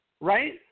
Right